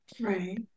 Right